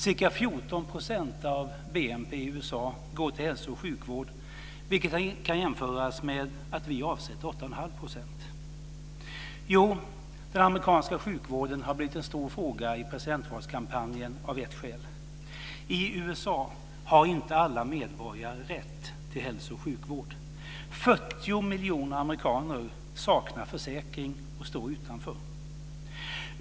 Ca 14 % av BNP i USA går till hälso och sjukvård, vilket kan jämföras med att vi avsätter Jo, den amerikanska sjukvården har blivit en stor fråga i presidentvalskampanjen av ett skäl: I USA har inte alla medborgare rätt till hälso och sjukvård. 40 miljoner amerikaner saknar försäkring och står utanför.